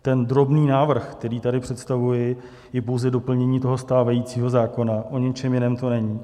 Ten drobný návrh, který tady představuji, je pouze doplnění toho stávajícího zákona, o ničem jiném to není.